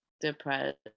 depressed